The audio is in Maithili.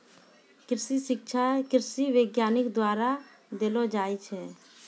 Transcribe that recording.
कृषि शिक्षा कृषि वैज्ञानिक द्वारा देलो जाय छै